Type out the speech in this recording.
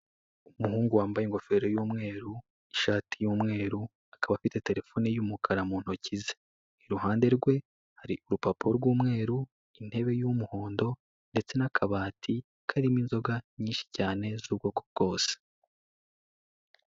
Umuhungu wambaye ingofero y'umweru, ishati y'umweru akaba afite telefoni y'umukara mu ntoki ze, iruhande rwe hari urupapuro rw'umweru, intebe y'umuhondo ndetse n'akabati karimo inzoga nyinshi cyane z'ubwoko bwose.